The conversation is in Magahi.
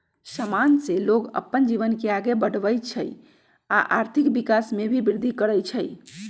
समान से लोग अप्पन जीवन के आगे बढ़वई छई आ आर्थिक विकास में भी विर्धि करई छई